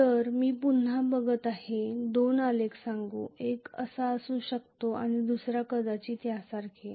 तर मी पुन्हा बघत आहे दोन आलेख सांगू एक असा असू शकतो आणि दुसरा कदाचित यासारखे